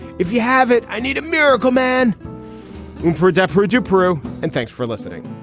if you have it, i need a miracle man for a desperate you, peru. and thanks for listening